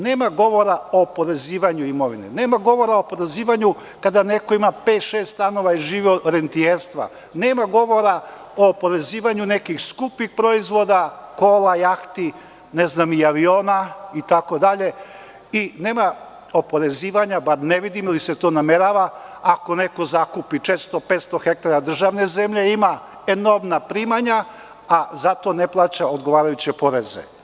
Nema govora o oporezivanju imovine, nema govora o oporezivanju kada neko ima pet, šest stanova i živi od rentijerstva, nema govora o oporezivanju nekih skupih proizvoda kola, jahti, ne znam, i aviona itd. i nema oporezivanja, bar ne vidim ili se to namerava, ako neko zakupi 400, 500 hektara državne zemlje i ima enormna primanja, a za to ne plaća odgovarajuće poreze.